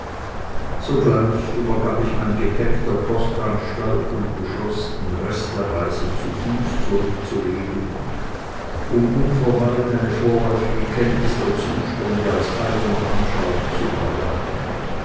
sogleich übergab ich mein gepäck der postanstalt und beschloß den rest der reise zu fuß zurückzulegen um unverweilt eine vorläufige kenntnis der zustände aus eigener anschauung zu erwerben